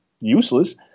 useless